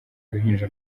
uruhinja